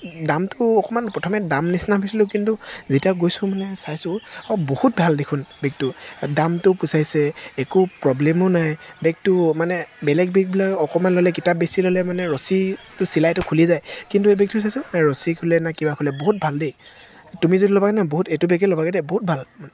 দামটো অকণমান প্ৰথমে দাম নিচিনা ভাবিছিলোঁ কিন্তু যেতিয়া গৈছোঁ মানে চাইছো অঁ বহুত ভাল দেখোন বেগটো দামটোও পোছাইছে একো প্ৰব্লেমো নাই বেগটো মানে বেলেগ বেগবিলাক অকণমান ল'লে কিতাপ বেছি ল'লে মানে ৰছীটো চিলাইটো খুলি যায় কিন্তু এই বেগটো চাইছোঁ না ৰছী খোলে না কিবা খোলে বহুত ভাল দেই তুমি যদি ল'বা নহয় এইটো বেগে ল'বাগৈ দেই ভাল বহুত ভাল